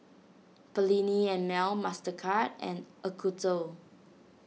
Perllini and Mel Mastercard and Acuto